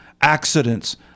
accidents